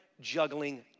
juggling